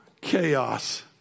chaos